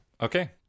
Okay